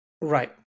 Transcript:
right